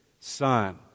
Son